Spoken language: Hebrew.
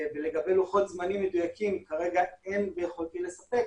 לגבי לוחות זמנים מדויקים, כרגע אין ביכולתי לספק,